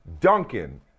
Duncan